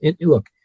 Look